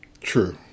True